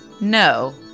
no